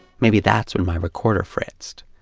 maybe that's when my recorder fritzed.